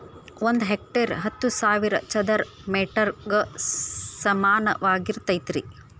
ಒಂದ ಹೆಕ್ಟೇರ್ ಹತ್ತು ಸಾವಿರ ಚದರ ಮೇಟರ್ ಗ ಸಮಾನವಾಗಿರತೈತ್ರಿ